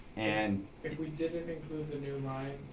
and if we didn't include the new line,